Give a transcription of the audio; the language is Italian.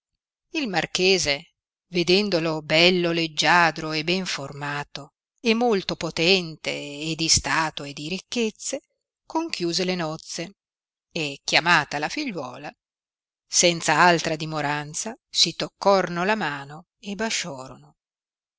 il marchese vedendolo bello leggiadro e ben formato e molto potente e di stato e di ricchezze conchiuse le nozze e chiamata la figliuola senza altra dimoranza si toccorno la mano e basciorono